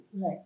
Right